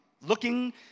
looking